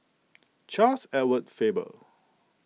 Charles Edward Faber